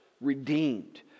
redeemed